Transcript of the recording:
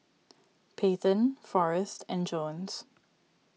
Paityn Forrest and Jones